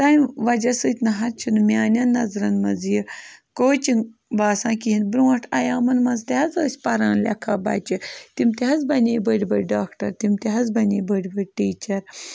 تَمہِ وجہ سۭتۍ نہٕ حظ چھِنہٕ میٛانٮ۪ن نظرَن منٛز یہِ کوچِنٛگ باسان کِہیٖنۍ برٛونٛٹھ عیامَن منٛز تہِ حظ ٲسۍ پران لٮ۪کھان بَچہِ تِم تہِ حظ بَنے بٔڑۍ بٔڑۍ ڈاکٹر تِم تہِ حظ بَنے بٔڑۍ بٔڑۍ ٹیٖچَر